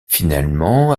finalement